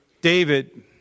David